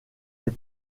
les